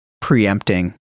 preempting